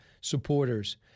supporters